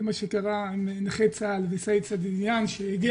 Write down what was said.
זה מה שקרה עם נכי צה"ל וסעיד סעידיאן שהגיע